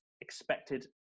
expected